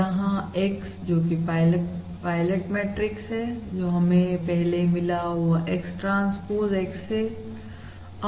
यहां x जोकि pilot matrix है जो हमें पहले मिला वह x ट्रांसपोज x है